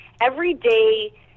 everyday